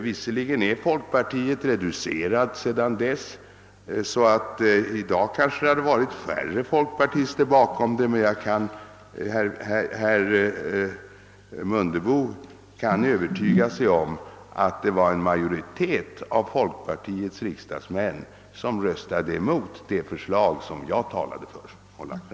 Visserligen har folkpartiet reducerats sedan dess, så att det i dag kanske skulle vara färre folkpartister som röstade på detta sätt, men herr Mundebo kan övertyga sig om att åtskilliga av folkpartiets riksdagsmän röstade emot det förslag jag lagt fram och talade för.